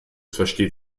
versteht